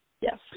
Yes